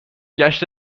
گشت